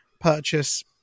purchase